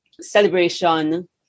celebration